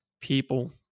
people